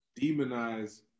demonize